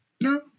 No